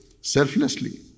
selflessly